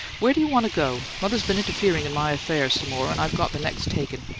where do you want to go? mother's been interfering in my affairs some more and i've got the next taken.